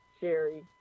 Sherry